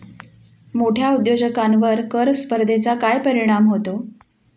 मोठ्या उद्योजकांवर कर स्पर्धेचा काय परिणाम होतो?